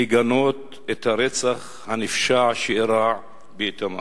לגנות את הרצח הנפשע שאירע באיתמר.